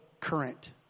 current